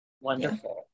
Wonderful